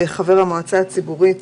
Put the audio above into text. חבר המועצה הציבורית